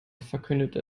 verkündete